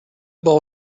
ball